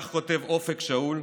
כך כותב במכתבו אופק שאול,